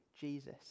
Jesus